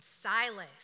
Silas